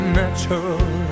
natural